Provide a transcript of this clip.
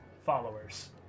followers